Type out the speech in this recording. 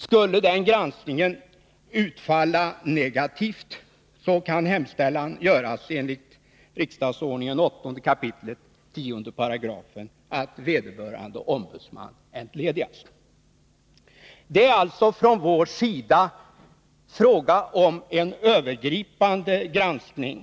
Skulle den granskningen utfalla negativt, kan hemställan göras enligt riksdagsordningen, 8 kap. 10§, att vederbörande ombudsman entledigas. Det är alltså från vår sida fråga om en övergripande granskning.